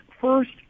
First